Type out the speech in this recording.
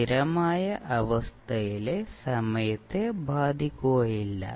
സ്ഥിരമായ അവസ്ഥയിലെ സമയത്തെ ബാധിക്കുകയില്ല